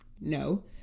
No